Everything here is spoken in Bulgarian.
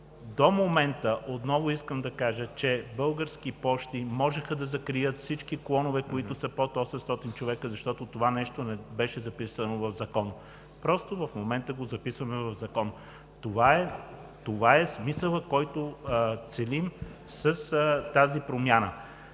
До момента, отново искам да кажа, Български пощи можеха да закрият всички клонове, които са под 800 човека, защото това нещо не беше записано в закон. Просто в момента го записваме в закон – това е смисълът, който целим с тази промяна.